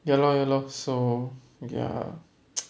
ya lor ya lor so ya